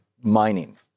mining